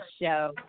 show